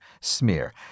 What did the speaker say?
smear